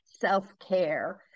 self-care